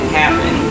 happen